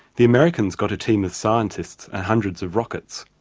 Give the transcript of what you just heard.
the americans got a team of scientists and hundreds of rockets,